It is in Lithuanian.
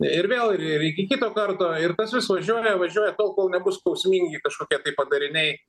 ir vėl ir ir iki kito karto ir tas vis važiuoja važiuoja tol kol nebus skausmingi kažkokie tai padariniai